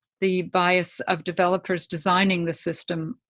the bias of developers designing the system,